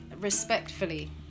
respectfully